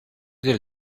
del